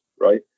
right